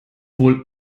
wohl